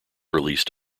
released